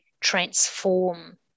transform